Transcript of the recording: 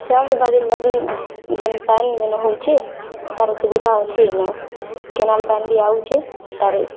ଚାଷ୍ ବାଡ଼ିର୍ ଲାଗି ଯେନ୍ ପାଏନ୍ ଯେନ୍ ହଉଛି ତାର ସୁବିଧା ଅଛି ଇନ କେନାଲ୍ ପାନି ବି ଆଉଚିଁ ତାର